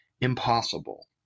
impossible